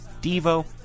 devo